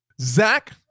Zach